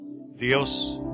Dios